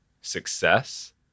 success